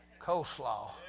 coleslaw